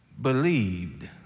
believed